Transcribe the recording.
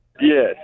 Yes